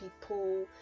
people